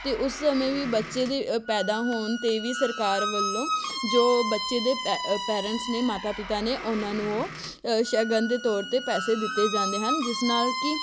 ਅਤੇ ਉਸ ਸਮੇਂ ਵੀ ਬੱਚੇ ਦੇ ਪੈਦਾ ਹੋਣ 'ਤੇ ਵੀ ਸਰਕਾਰ ਵੱਲੋਂ ਜੋ ਬੱਚੇ ਦੇ ਪੈ ਪੈਰੈਂਟਸ ਨੇ ਮਾਤਾ ਪਿਤਾ ਨੇ ਉਹਨਾਂ ਨੂੰ ਉਹ ਸ਼ਗਨ ਦੇ ਤੌਰ 'ਤੇ ਪੈਸੇ ਦਿੱਤੇ ਜਾਂਦੇ ਹਨ ਜਿਸ ਨਾਲ ਕਿ